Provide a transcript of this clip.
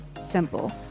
SIMPLE